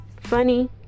Funny